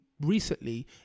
recently